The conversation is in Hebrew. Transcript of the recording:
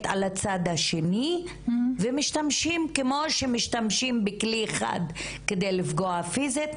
על הצד השני ומשתמשים כמו שמשתמשים בכלי חד לפגוע פיזית,